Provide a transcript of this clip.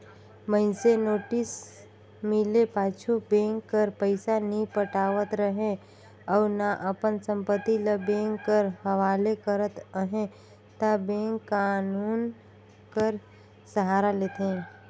मइनसे नोटिस मिले पाछू बेंक कर पइसा नी पटावत रहें अउ ना अपन संपत्ति ल बेंक कर हवाले करत अहे ता बेंक कान्हून कर सहारा लेथे